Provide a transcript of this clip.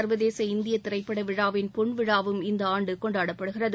சர்வதேச இந்திய திரைப்பட விழாவின் பொன்விழாவும் இந்த ஆண்டு கொண்டாடப்படுகிறது